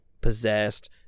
possessed